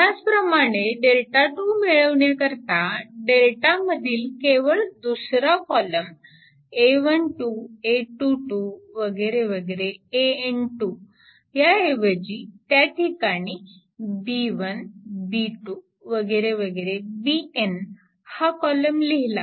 याच प्रमाणे Δ2 मिळविण्याकरिता Δ मधील केवळ दुसरा कॉलम ऐवजी त्या ठिकाणी हा कॉलम लिहिला